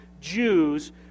Jews